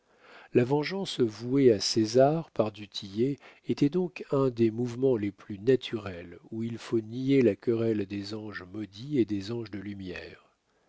la vengeance vouée à césar par du tillet était donc un des mouvements les plus naturels ou il faut nier la querelle des anges maudits et des anges de lumière